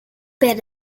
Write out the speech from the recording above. bet